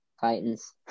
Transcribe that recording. Titans